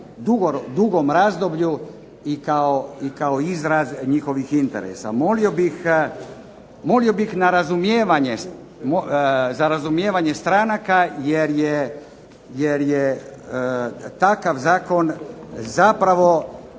dugom razdoblju i kao izraz njihovih interesa. Molio bih za razumijevanje stranaka jer je takav Zakon zapravo